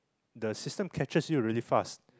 the system captures you really fast